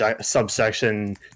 subsection